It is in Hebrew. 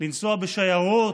לנסוע בשיירות,